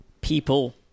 people